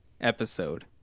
episode